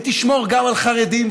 ותשמור גם על חרדים,